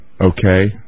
Okay